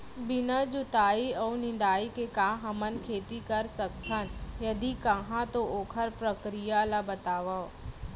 बिना जुताई अऊ निंदाई के का हमन खेती कर सकथन, यदि कहाँ तो ओखर प्रक्रिया ला बतावव?